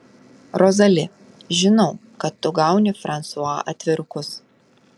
rozali žinau kad tu gauni fransua atvirukus